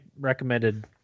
recommended